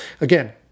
Again